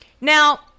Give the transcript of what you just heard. now